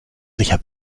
sicher